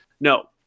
No